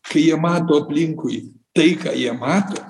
kai jie mato aplinkui tai ką jie mato